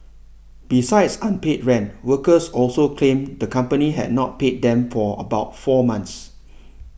besides unpaid rent workers also claimed the company had not paid them for about four months